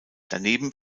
daneben